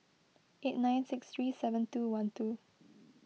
eight nine six three seven two one two